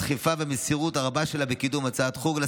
הדחיפה והמסירות הרבה שלה בקידום הצעת חוק זו,